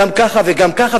גם ככה וגם ככה,